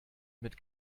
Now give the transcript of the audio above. mit